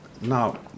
Now